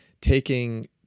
taking